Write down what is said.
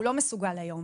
הוא לא מסוגל היום.